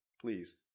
Please